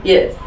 Yes